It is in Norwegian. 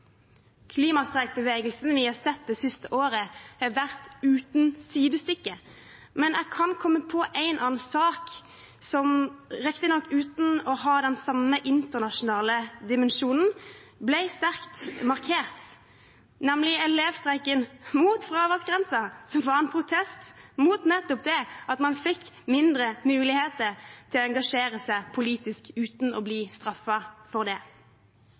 vi har sett det siste året, har vært uten sidestykke. Men jeg kan komme på én annen sak som – riktignok uten å ha den samme internasjonale dimensjonen – ble sterkt markert, nemlig elevstreiken mot fraværsgrensen, som var en protest mot nettopp det at man fikk mindre mulighet til å engasjere seg politisk uten å bli straffet for det.